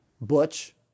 Butch